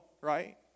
right